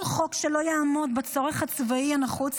כל חוק שלא יעמוד בצורך הצבאי הנחוץ